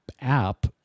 app